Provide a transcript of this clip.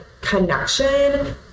connection